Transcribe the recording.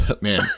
Man